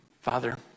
Father